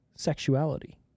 Sexuality